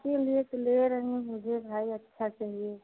इसीलिए तो ले रही हूँ मुझे भाई अच्छा चाहिए